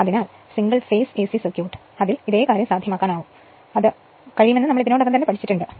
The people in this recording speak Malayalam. അതിനാൽ സിംഗിൾ ഫേസ് എസി സർക്യൂട്ട് ഇൽ ഇതേ കാര്യം സാധ്യമാക്കാനാവുമെന്ന് ഇതിനോടകം തന്നെ പഠിച്ചിട്ടുണ്ട്